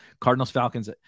Cardinals-Falcons